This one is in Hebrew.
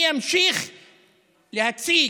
אני אמשיך להציג,